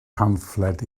pamffled